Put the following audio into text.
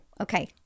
okay